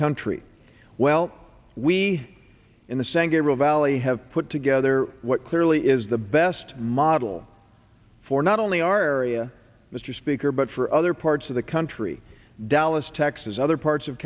country well we in the san gabriel valley have put together what clearly is the best model for not only our area mr speaker but for other parts of the country dallas texas other parts of